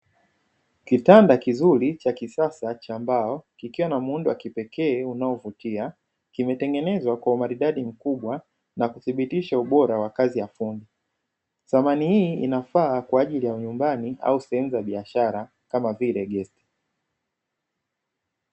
Kitanda kizuri cha kisasa cha mbao kikiwa na muundo wa kipekee unaovutia, Kimetengenezwa kwa umaridadi mkubwa na kuthibitisha ubora wa kazi ya fundi. Samani hii inafaa kwaajili ya nyumbani au sehemu za biashara kama vile gesti.